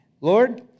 Lord